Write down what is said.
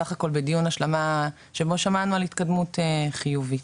בסך הכול בדיון השלמה שבו שמענו על התקדמות חיובית.